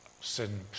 Sin